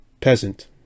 Peasant